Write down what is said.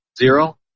zero